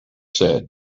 said